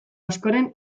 askoren